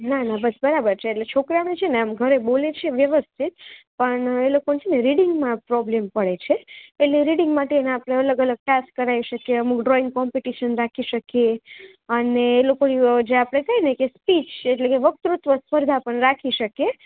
ના ના બસ બરાબર છે છોકરાને છે ને આમ ઘરે બોલે છે વ્યવસ્થિત પણ એ લોકોને છે ને રીડિંગમાં પ્રોબ્લેમ પડે છે એટલે રીડિંગ માટે એને આપણે અલગ અલગ ટાસ્ક કરાવી શકીએ કે અમુક ડ્રોઇંગ કોમ્પિટિશન રાખી શકીએ અને એ લોકોની જે આપણે કહીએ કે સ્પીચ આપણે વક્તૃત્વ સ્પર્ધા પણ રાખી શકીએ